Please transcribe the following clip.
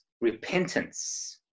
Repentance